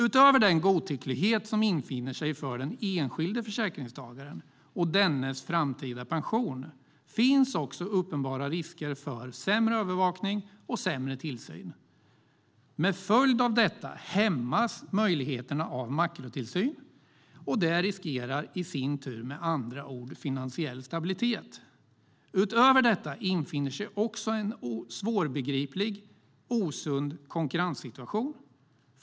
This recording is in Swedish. Utöver den godtycklighet som infinner sig för den enskilde försäkringstagaren och dennes framtida pension finns också uppenbara risker för sämre övervakning och sämre tillsyn. Till följd av detta hämmas möjligheterna till makrotillsyn, vilket i sin tur, med andra ord, innebär risker för den finansiella stabiliteten. Utöver detta infinner sig också en svårbegriplig och osund konkurrenssituation.